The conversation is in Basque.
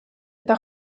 eta